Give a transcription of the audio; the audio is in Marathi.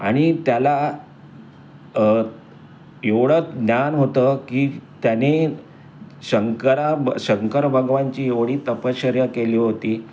आणि त्याला एवढं ज्ञान होतं की त्याने शंकर शंकर भगवानची एवढी तपश्चर्या केली होती